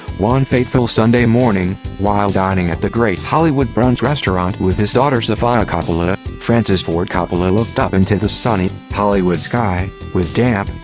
one fateful sunday morning, while dining at the great hollywood brunch restaurant with his daughter sofia coppola, francis ford coppola looked up into the sunny, hollywood sky, with damp,